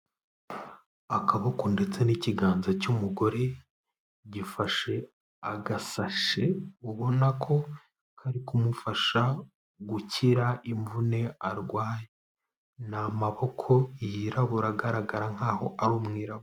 Akaboko ndetse n'ikiganza cy'umugore, gifashe agasashe, ubona ko kari kumufasha gukira imvune arwaye. Ni amaboko yirabura agaragara nkaho ari umwirabura.